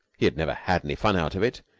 he had never had any fun out of it.